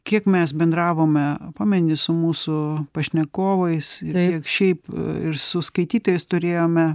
kiek mes bendravome pameni su mūsų pašnekovais ir šiaip ir su skaitytojais turėjome